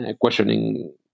questioning